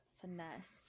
Finesse